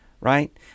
Right